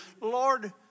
Lord